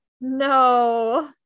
No